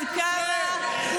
את לקחת אחות שכולה.